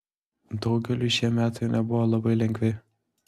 daugeliui šie metai nebuvo labai lengvi